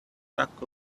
back